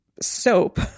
soap